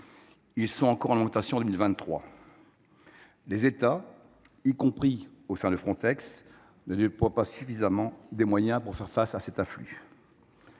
Ils sont encore en augmentation en 2023. Les États, y compris au sein de Frontex, ne déploient pas suffisamment de moyens pour faire face à cet afflux.